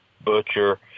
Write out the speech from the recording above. butcher